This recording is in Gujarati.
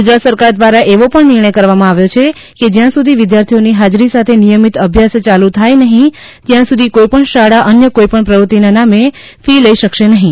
ગુજરાત સરકાર દ્વારા એવો પણ નિર્ણય કરવામાં આવ્યો છે કે જ્યાં સુધી વિદ્યાર્થીઓની હાજરી સાથે નિયમિત અભ્યાસ ચાલુ થાય નહિ ત્યાં સુધી કોઈ પણ શાળા અન્ય કોઈપણ પ્રવૃત્તિ ના નામે ફી લઇ શકશે નહિ